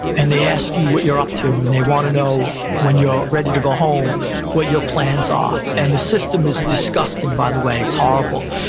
and they ask you what you're up to, and they want to know when you're ready to go home what your plans are. and the system is disgusting, by the way. it's horrible.